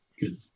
good